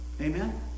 Amen